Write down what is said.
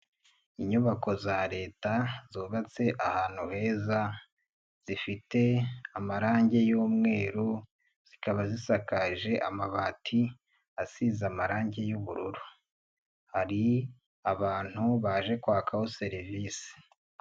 iInyubako za leta zubatse ahantu heza, zifite amarangi y'umweru ,zikaba zisakaje amabati asize amarangi y'ubururu, hari abantu baje kwakaho serivisi.